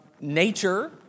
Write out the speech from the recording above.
nature